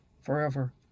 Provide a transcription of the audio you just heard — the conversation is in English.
forever